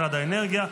משרד האנרגיה,